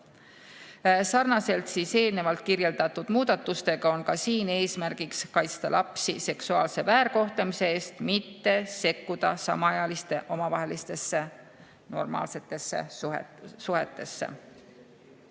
Sarnaselt eelnevalt kirjeldatud muudatustega on ka siin eesmärgiks kaitsta lapsi seksuaalse väärkohtlemise eest, mitte sekkuda samaealiste omavahelistesse normaalsetesse suhetesse.